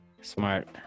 Smart